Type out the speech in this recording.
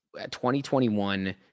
2021